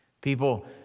People